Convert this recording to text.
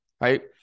Right